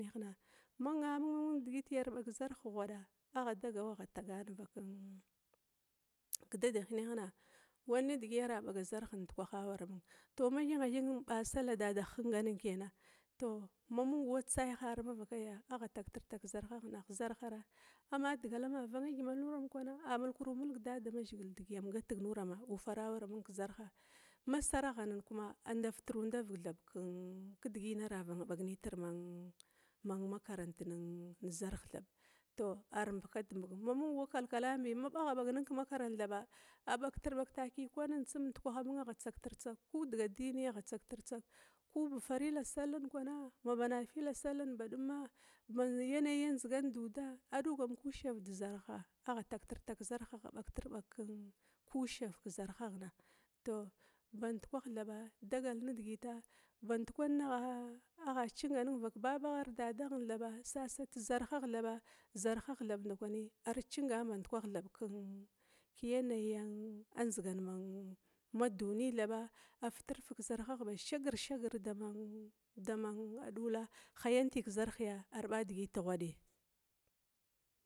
Ma nna amung mung nidigiti arbag zarh ghwada agha dagawa agha tagana vak dadahine had wan nidigi arabaga zarh ndikwaha waramung ma thingha thinga ba salla dadamahingana kena mamaung wanin tsaya hara mava kaya ah zarhara ama digal am vanga gymalna a mulkutumulg dadamazhigila dedigi am gatik nurama ufara amung kezarh, ma saraghana agha ndavtru ndavig thab, kidigi aravangi bag nitra makarant nezarh thab tou ar mbakmbig ma mung wa kalkalana biya ma baggha bag nen ke makaranta atagana ah kwanin tsum ndukwah amung kuba diga addinina sai agha tsagtirtsag ku ba farila salla kwana, ba nafila salla kwana, baz yanai ndzigan duda adugam kusahu duda agha tagtir tag kezarh agha bagtirbag kushara badum, tou bandkwah thaba dagal nidigita bankwan agha cinganin vak babagha ar dedadagha thaba sasar zarhaghin thaba zarhagha ndakwi arcinga ke yanayi ndzigan ma duniya thaba, a fitirfig kezarhagha ba shagir shagir dama dula hayantbi ke zarh arba digit hwadi.